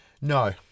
No